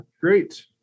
great